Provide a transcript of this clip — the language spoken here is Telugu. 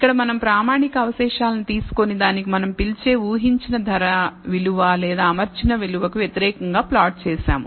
ఇక్కడ మనం ప్రామాణిక అవశేషాలను తీసుకొని దానికి మనం పిలిచే ఊహించిన ధర విలువ లేదా అమర్చిన విలువ కు వ్యతిరేకంగా ప్లాట్ చేసాము